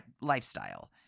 lifestyle